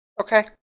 Okay